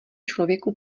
člověku